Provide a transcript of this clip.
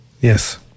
Yes